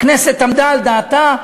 הכנסת עמדה על דעתה,